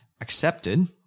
accepted